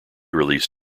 released